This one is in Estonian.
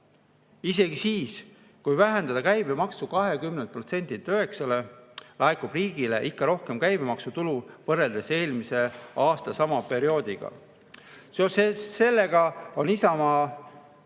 Isegi siis, kui vähendada käibemaksu 20%-lt 9-le, laekub riigile ikka rohkem käibemaksutulu võrreldes eelmise aasta sama perioodiga. Seoses sellega on Isamaa